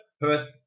Perth